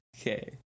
Okay